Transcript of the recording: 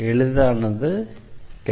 எளிதானது அல்ல